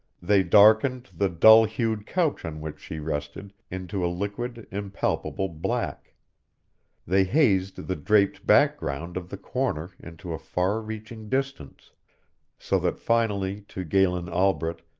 they darkened the dull-hued couch on which she rested into a liquid, impalpable black they hazed the draped background of the corner into a far-reaching distance so that finally to galen albret,